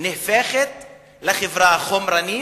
נהפכת לחברה חומרנית,